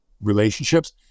relationships